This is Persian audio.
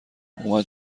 اومد